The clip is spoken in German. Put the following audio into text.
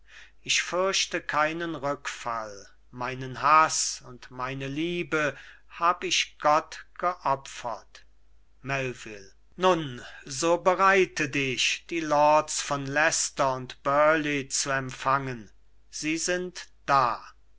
ich fürchte keinen rückfall meinen haß und meine liebe hab ich gott geopfert melvil nun so bereite dich die lords von leicester und burleigh zu empfangen sie sind da